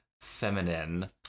feminine